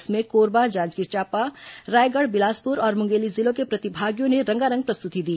इसमें कोरबा जांजगीर चांपा रायगढ़ बिलासपुर और मुंगेली जिलों के प्रतिभागियों ने रंगारंग प्रस्तुति दी